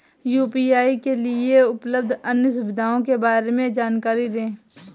UPI के लिए उपलब्ध अन्य सुविधाओं के बारे में जानकारी दें?